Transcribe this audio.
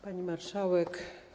Pani Marszałek!